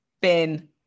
bin